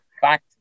fact